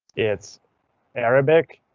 it's arabic,